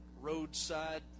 roadside